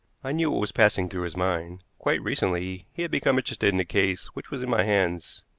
i knew what was passing through his mind. quite recently he had become interested in a case which was in my hands.